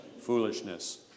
Foolishness